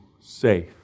safe